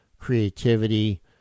creativity